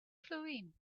chlorine